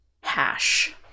hash